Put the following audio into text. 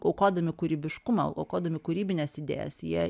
aukodami kūrybiškumą aukodami kūrybines idėjas jie